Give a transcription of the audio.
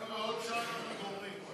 לא, עוד שעה גומרים.